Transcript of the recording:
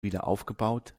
wiederaufgebaut